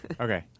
Okay